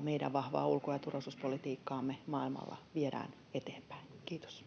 meidän vahvaa ulko- ja turvallisuuspolitiikkaamme maailmalla viedään eteenpäin. — Kiitos.